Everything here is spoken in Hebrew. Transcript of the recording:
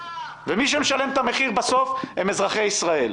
מי שמשלם את המחיר בסוף זה אזרחי ישראל.